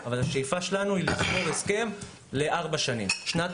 אבל השאיפה שלנו היא לסגור הסכם לארבע שנים שנת